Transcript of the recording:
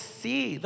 see